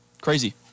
crazy